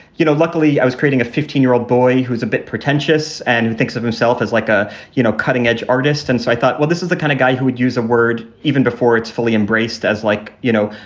you know, luckily, i was creating a fifteen year old boy who's a bit pretentious and who thinks of himself as like a you know cutting edge artist. and so i thought, well, this is the kind of guy who would use a word even before it's fully embraced as like, you know,